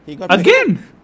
Again